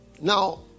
Now